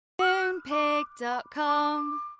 Moonpig.com